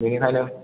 बेनिखायनो